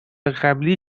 قبلی